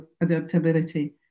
adaptability